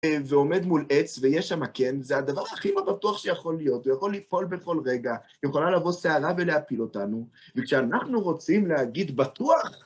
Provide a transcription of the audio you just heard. ועומד מול עץ, ויש שמה קן, זה הדבר הכי לא בטוח שיכול להיות. הוא יכול לפול בכל רגע, יכולה לבוא סערה ולהפיל אותנו, וכשאנחנו רוצים להגיד בטוח...